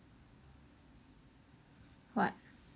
what